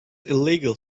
illegal